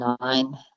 nine